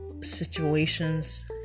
situations